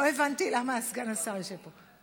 לא הבנתי למה סגן השר יושב פה.